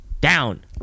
down